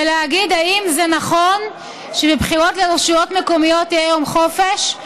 ולהגיד אם זה נכון שבבחירות לרשויות המקומיות יהיה יום חופש,